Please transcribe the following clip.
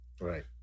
Right